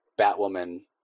Batwoman